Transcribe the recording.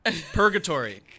Purgatory